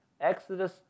Exodus